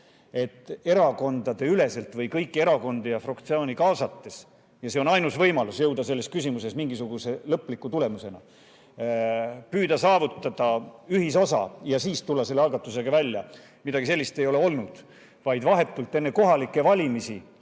et erakondadeüleselt või kõiki erakondi ja fraktsioone kaasates – ja see on ainus võimalus jõuda selles küsimuses mingisuguse lõpliku tulemuseni – püüda saavutada ühisosa ja siis tulla selle algatusega välja – midagi sellist ei ole olnud. Vahetult enne kohalikke valimisi